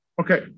Okay